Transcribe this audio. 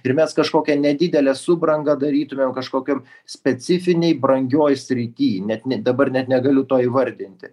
ir mes kažkokią nedidelę subrangą darytumėm kažkokiom specifinėj brangioj srity net ne dabar net negaliu to įvardinti